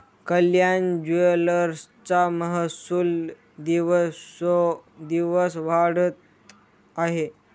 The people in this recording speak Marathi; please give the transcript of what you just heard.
कल्याण ज्वेलर्सचा महसूल दिवसोंदिवस वाढत आहे